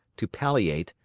to palliate,